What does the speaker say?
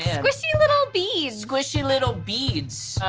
squishy little beads. squishy little beads.